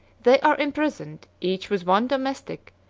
they are imprisoned, each with one domestic,